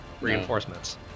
Reinforcements